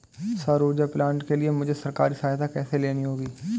सौर ऊर्जा प्लांट के लिए मुझे सरकारी सहायता कैसे लेनी होगी?